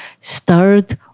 start